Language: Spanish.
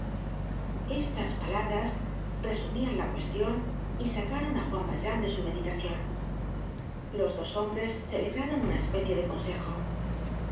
estas palabras resumían la cuestion y sacaron á juan valjean de su meditacion los dos hombres celebraron una especie de consejo